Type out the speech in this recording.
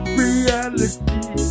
reality